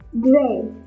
Gray